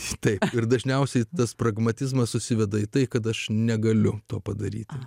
štai ir dažniausiai tas pragmatizmas susiveda į tai kad aš negaliu to padaryti